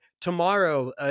tomorrow